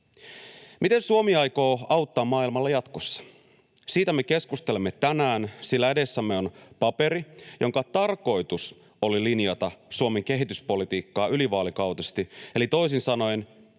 Miten Suomi aikoo auttaa maailmalla jatkossa? Siitä me keskustelemme tänään, sillä edessämme on paperi, jonka tarkoitus oli linjata Suomen kehityspolitiikkaa ylivaalikautisesti, eli toisin sanoen